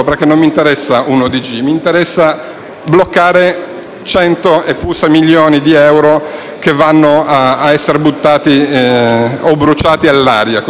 bloccare cento e oltre milioni di euro che vanno a essere buttati o bruciati in aria.